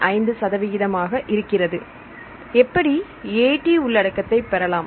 25 இருக்கிறது எப்படி A T உள்ளடக்கத்தை பெறலாம்